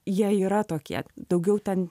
jie yra tokie daugiau ten